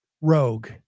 Rogue